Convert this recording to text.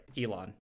Elon